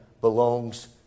belongs